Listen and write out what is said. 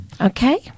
Okay